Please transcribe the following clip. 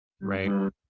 Right